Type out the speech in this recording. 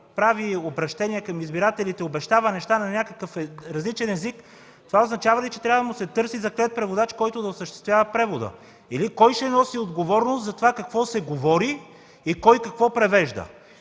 прави обръщение към избирателите и обещава неща на някакъв различен език, това означава ли, че трябва да му се търси заклет преводач, който да осъществява превода? Или, кой ще носи отговорност за това какво се говори и кой какво превежда?